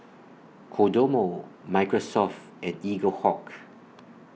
Kodomo Microsoft and Eaglehawk